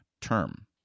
term